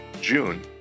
June